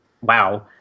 wow